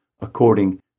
according